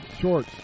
Short